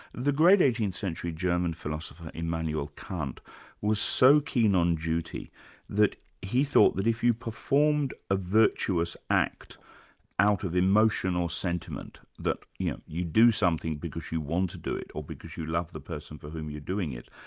the great eighteenth century german philosopher, immanuel kant was so keen on duty that he thought that if you performed a virtuous act out of emotional sentiment, that yeah you do something because you want to do it, or because you love the person for whom you're doing it,